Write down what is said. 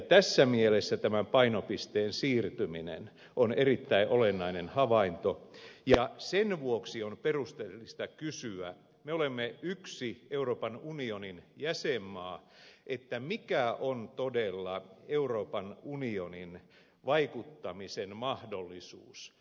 tässä mielessä tämän painopisteen siirtyminen on erittäin olennainen havainto ja sen vuoksi on perusteltua kysyä me olemme yksi euroopan unionin jäsenmaa mikä on todella euroopan unionin vaikuttamisen mahdollisuus